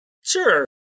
Sure